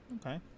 Okay